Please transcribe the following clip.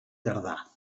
tardà